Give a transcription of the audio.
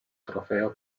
trofeo